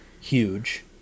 huge